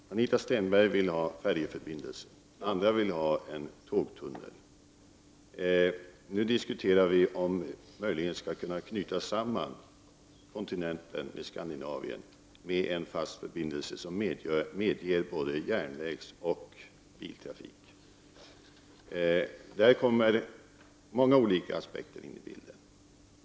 Herr talman! Anita Stenberg vill ha färjeförbindelser. Andra vill ha en tågtunnel. Nu diskuterar vi om vi möjligen kan knyta samman kontinenten med Skandinavien via en fast förbindelse som medger både järnvägsoch biltrafik. Härvid kommer många olika aspekter in i bilden.